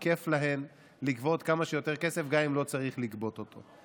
כי כיף להן לגבות כמה שיותר כסף גם אם לא צריך לגבות אותו.